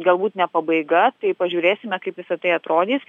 galbūt ne pabaiga tai pažiūrėsime kaip visa tai atrodys